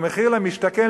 במחיר למשתכן,